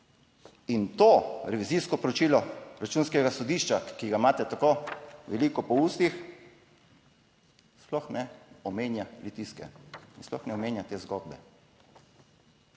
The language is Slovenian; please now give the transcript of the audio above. In to revizijsko poročilo Računskega sodišča, ki ga imate tako veliko po ustih, sploh ne omenja pritiske in sploh ne omenja te zgodbe.